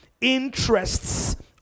interests